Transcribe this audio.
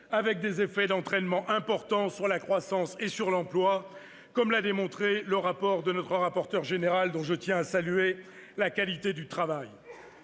avec des effets d'entraînement importants sur la croissance et l'emploi, comme l'a démontré le rapport de notre rapporteur général, dont je tiens à saluer la qualité du travail.